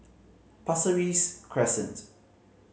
Pasir Ris Cresent